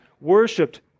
worshipped